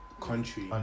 country